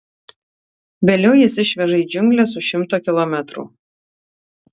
vėliau jas išveža į džiungles už šimto kilometrų